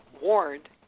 warned